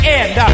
end